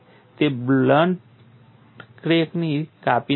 તે બ્લન્ટ ક્રેકને કાપી નાખે છે